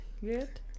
good